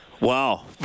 Wow